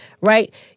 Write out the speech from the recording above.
Right